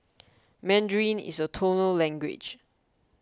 Mandarin is a tonal language